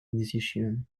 musician